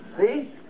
See